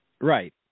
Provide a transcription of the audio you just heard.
Right